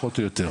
פחות או יותר,